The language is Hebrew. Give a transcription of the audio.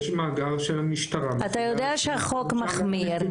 יש מאגר של המשטרה --- אתה יודע שהחוק מחמיר,